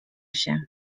się